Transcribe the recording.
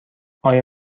آیا